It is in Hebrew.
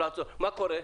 מה קורה?